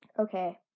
Okay